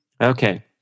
Okay